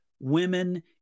women